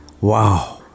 Wow